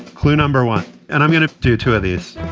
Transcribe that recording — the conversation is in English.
clue number one, and i'm going to do two of this.